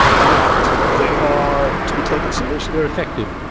but they are to be taken seriously. they're effective.